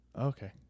Okay